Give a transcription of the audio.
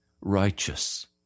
righteous